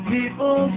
People